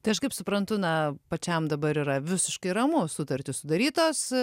tai aš kaip suprantu na pačiam dabar yra visiškai ramu sutartys sudarytos